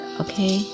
okay